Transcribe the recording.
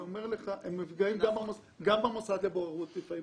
גם במוסד לבוררות לפעמים